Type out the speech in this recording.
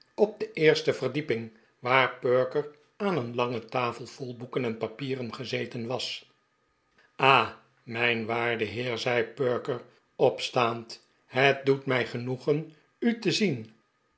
op de eerste verdieping waar perker aan een lange tafel vol boeken en papieren gezeten was ah mijn waarde heer zei perker opstaand het doet mij genoegen u te zien